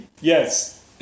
yes